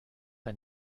bei